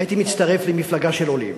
הייתי מצטרף למפלגה של עולים.